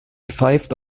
pfeift